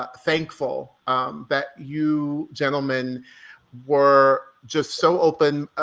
thankful that you gentlemen were just so open,